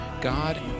God